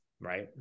right